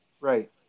Right